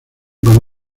con